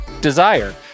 Desire